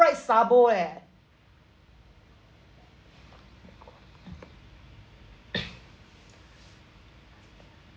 like sabo eh